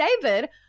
David